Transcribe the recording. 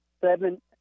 Seven